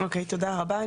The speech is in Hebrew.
אוקיי, תודה רבה.